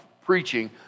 preaching